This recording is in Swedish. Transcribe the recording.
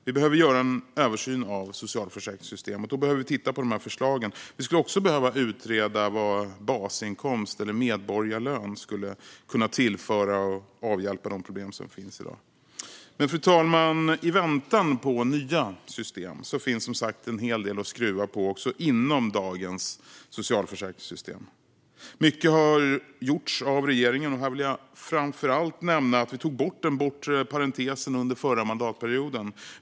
Vi behöver göra en översyn av socialförsäkringssystemet, och då behöver vi titta på förslagen. Vi skulle också behöva utreda vad basinkomst eller medborgarlön skulle kunna tillföra för att avhjälpa de problem som finns i dag. Fru talman! I väntan på nya system finns som sagt en hel del att skruva på i dagens socialförsäkringssystem. Mycket har gjorts av regeringen. Här vill jag framför allt nämna att vi under den förra mandatperioden tog bort den bortre parentesen.